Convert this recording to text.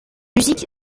musique